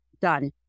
Done